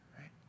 right